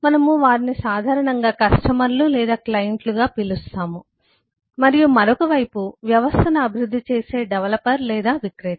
మము వారిని సాధారణంగా కస్టమర్లు లేదా క్లయింట్లుగా పిలుస్తాము మరియు మరొక వైపు వ్యవస్థను అభివృద్ధి చేసే డెవలపర్ లేదా విక్రేత